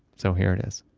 so here it is,